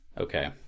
Okay